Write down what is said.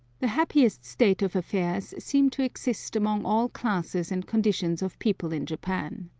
the happiest state of affairs seems to exist among all classes and conditions of people in japan.